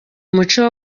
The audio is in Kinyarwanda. umuco